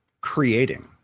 creating